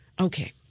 Okay